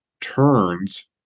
turns